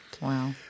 Wow